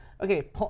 Okay